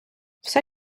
все